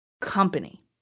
company